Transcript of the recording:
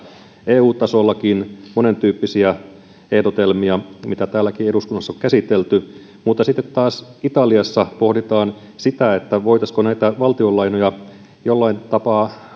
eu tasollakin monentyyppisiä ehdotelmia mitä täälläkin eduskunnassa on käsitelty mutta sitten taas italiassa pohditaan sitä voitaisiinko näitä valtionlainoja jollain tapaa